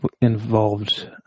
involved